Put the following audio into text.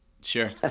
Sure